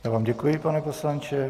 Já vám děkuji, pane poslanče.